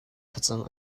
facang